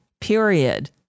period